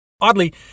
Oddly